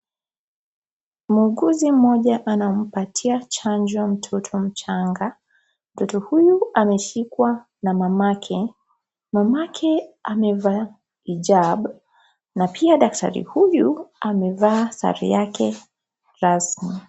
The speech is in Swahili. Muuguzi mmoja anampatia chanjo mtoto mchanga, mtoto huyu ameshikwa na mamake, mamake amevaa hijab , na pia daktari huyu amevaa sare yake rasmi.